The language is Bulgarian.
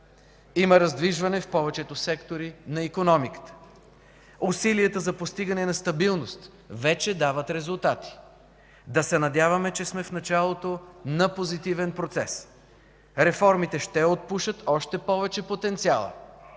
Има раздвижване в повечето сектори на икономиката. Усилията за постигане на стабилност вече дават резултати. Да се надяваме, че сме в началото на позитивен процес. Реформите ще отпушат още повече потенциала.